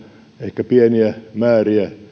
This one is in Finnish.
ehkä pieniä määriä